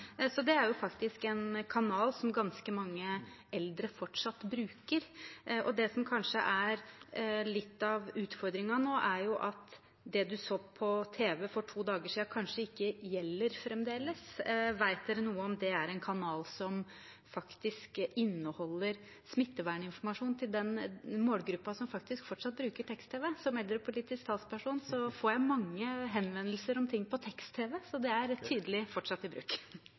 Så det er faktisk en kanal som ganske mange eldre fortsatt bruker, og det som kanskje er litt av utfordringen nå, er at det man så på tv for to dager siden, kanskje ikke gjelder fremdeles. Vet dere noe om det er en kanal som faktisk inneholder smitteverninformasjon til den målgruppen som faktisk fortsatt bruker tekst-tv? Som eldrepolitisk talsperson får jeg mange henvendelser om ting på tekst-tv, så det er tydelig fortsatt i bruk.